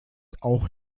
auch